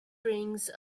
brings